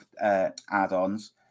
add-ons